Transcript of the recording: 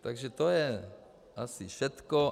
Takže to je asi všechno.